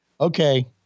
okay